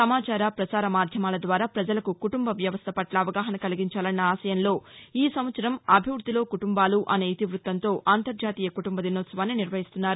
సమాచార ప్రసార మాధ్యమాల ద్వారా ప్రజలకు కుటుంబ వ్యవస్థ పట్ల అవగాహన కలిగించాలన్న ఆశయంలో ఈ సంవత్సరం అభివృద్దిలో కుటుంబాలు అనే ఇతివృత్తంతో అంతర్ణాతీయ కుటుంబ దినోత్సవాన్ని నిర్వహిస్తున్నారు